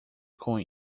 com